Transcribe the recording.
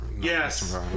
yes